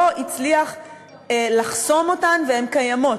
לא הצליח לחסום אותן והן קיימות,